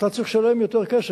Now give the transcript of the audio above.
אתה צריך לשלם יותר כסף,